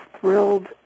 thrilled